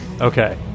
Okay